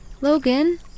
Logan